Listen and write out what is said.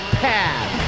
path